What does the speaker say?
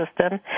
system